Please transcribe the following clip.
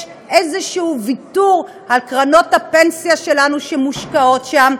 ויש איזה ויתור על קרנות הפנסיה שלנו שמושקעות שם.